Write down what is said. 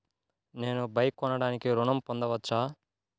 నేను బైక్ కొనటానికి ఋణం పొందవచ్చా?